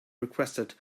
requested